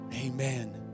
Amen